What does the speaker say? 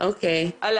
עוד